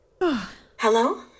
Hello